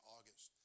August